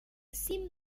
cim